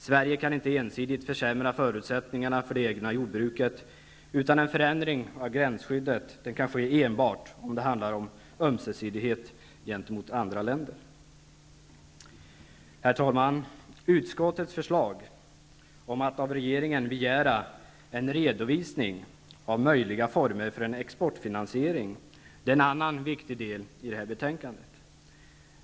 Sverige kan inte ensidigt försämra förutsättningarna för det egna jordbruket. En förändring av gränsskyddet kan endast ske om det är fråga om ömsesidighet gentemot andra länder. Herr talman! Utskottets förslag om att av regeringen begära en redovisning om möjliga former för en exportfinansiering är en annan viktig del i betänkandet.